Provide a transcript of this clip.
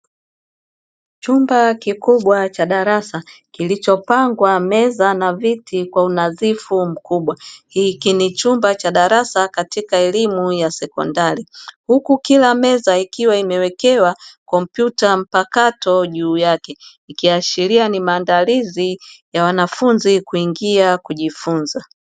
Chumba kikubwa cha darasa, kilichopangwa meza na viti kwa unadhifu mkubwa, hiki ni chumba cha darasa katika elimu ya sekondari, huku kila meza ikiwa imewekewa kompyuta mpakato juu yake, ikiashiria ni maandalizi ya wanafunzi kuingia kujifunza.